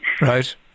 Right